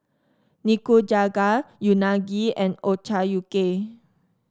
Nikujaga Unagi and Ochazuke